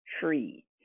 tree